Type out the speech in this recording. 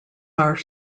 are